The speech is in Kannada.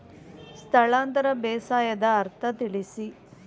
ಸ್ಥಳಾಂತರ ಬೇಸಾಯದ ಅರ್ಥ ತಿಳಿಸಿ?